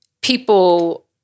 people